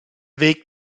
weg